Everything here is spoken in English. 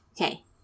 Okay